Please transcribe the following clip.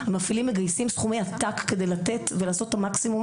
המפעילים מגייסים סכומי עתק כדי לתת ולעשות את המקסימום